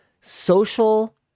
social